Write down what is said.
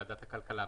ועדת הכלכלה,